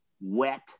wet